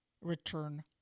return